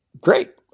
great